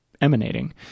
emanating